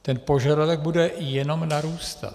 Ten požadavek bude jenom narůstat.